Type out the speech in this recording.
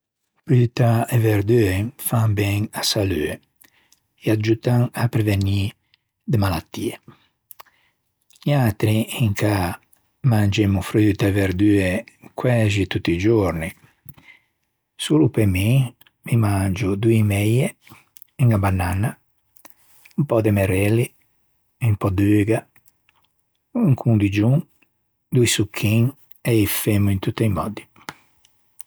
Fruta e verdue fan ben a-a salue e aggiuttan à prevegnî de malattie. Niatri in cà mangemmo fruta e verdue quæxi tutti i giorni. Solo pe mi, mi mangio doî meie, unna bananna, un pö de merelli, un pö d'uga, un condiggion, doî succhin e î femmo in tutti i mòddi.